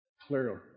Clearly